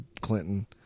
clinton